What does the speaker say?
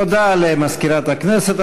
תודה למזכירת הכנסת.